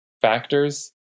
factors